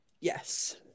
Yes